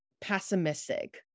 pessimistic